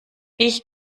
ich